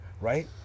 right